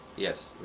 yes,